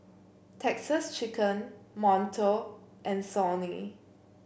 Texas Chicken Monto and Sony